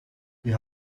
wir